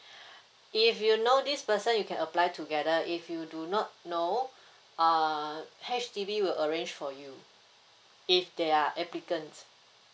if you know this person you can apply together if you do not know uh H_D_B will arrange for you if there are applicants